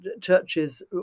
churches